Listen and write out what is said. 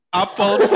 apple